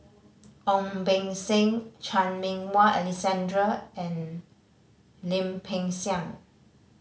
Ong Beng Seng Chan Meng Wah Alexander and Lim Peng Siang